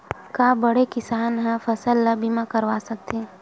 का बड़े किसान ह फसल बीमा करवा सकथे?